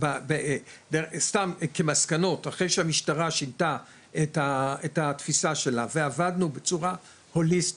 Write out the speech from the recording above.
סתם כמסקנות אחרי שהמשטרה שינתה את התפיסה שלה ועבדנו בצורה הוליסטית,